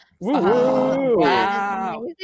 Wow